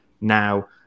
now